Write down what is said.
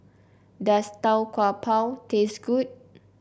does Tau Kwa Pau taste good